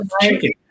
chicken